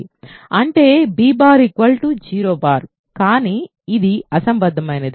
అంటే b 0 bar కానీ ఇది అసంబద్ధమైనది